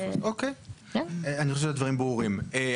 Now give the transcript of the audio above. ד"ר יובל ארבל, בבקשה.